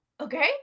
Okay